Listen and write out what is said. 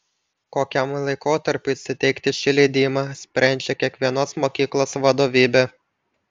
kokiam laikotarpiui suteikti šį leidimą sprendžia kiekvienos mokyklos vadovybė